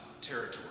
territory